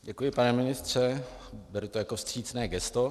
Děkuji, pane ministře, beru to jako vstřícné gesto.